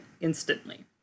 instantly